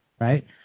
right